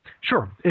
Sure